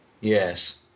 Yes